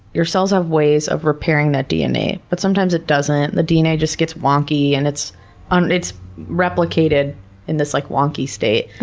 your cells have ways of repairing that dna, but sometimes it doesn't. the dna just gets wonky and it's um it's replicated in this, like, wonky state, ah